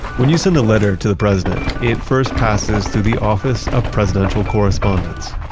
when you send the letter to the president, it first passes through the office of presidential correspondence.